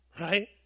right